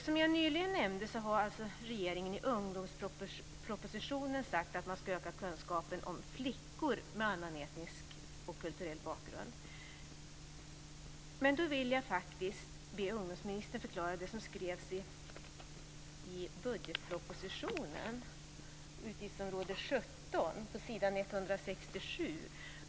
Som jag nyligen nämnde har regeringen i ungdomspropositionen sagt att man ska öka kunskapen om flickor med annan etnisk och kulturell bakgrund. Men då vill jag faktiskt be ungdomsministern förklara det som skrevs i budgetpropositionen, utgiftsområde 17, s. 167.